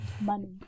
money